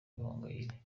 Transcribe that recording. gahongayire